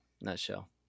Nutshell